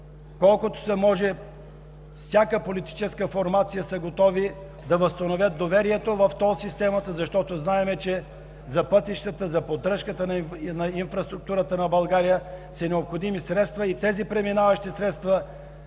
колкото можем. Всяка политическа формация са готови да възстановят доверието в тол системата, защото знаем, че за пътищата, за поддръжката на инфраструктурата на България са необходими средства и тези преминаващи средства